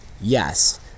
yes